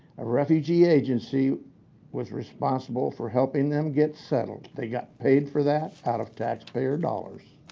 a refugee agency was responsible for helping them get settled. they got paid for that out of taxpayer dollars.